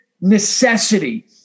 necessity